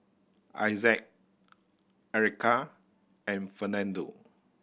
Issac Ericka and Fernando